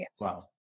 Wow